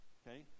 okay